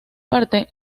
parte